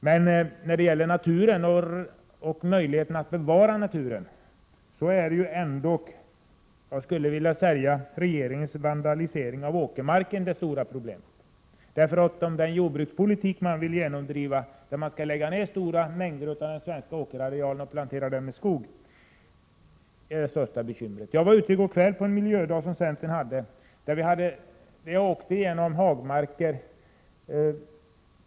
Men när det gäller naturen och möjligheterna att bevara denna är, skulle jag vilja säga, regeringens vandalisering av åkermarken det stora problemet. Den jordbrukspolitik som man vill genomdriva och som innebär att en hel del av den svenska åkerarealen skall planteras med skog är det största bekymret. I går hade centern miljödag, och jag åkte då genom områden med vacker hagmark.